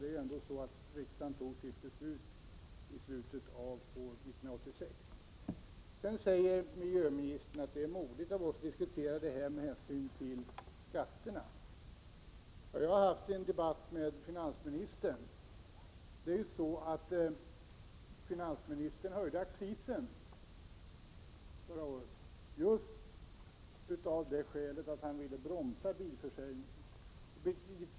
Riksdagen fattade ändå sitt beslut i slutet av 1986. Miljöministern säger att det är modigt av oss att diskutera detta med hänsyn till skatterna. Jag har haft en debatt med finansministern. Finansministern genomförde ju en höjning av accisen för några år sedan, just därför att han ville bromsa bilförsäljningen.